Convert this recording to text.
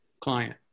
client